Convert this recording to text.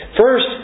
First